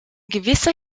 gewisser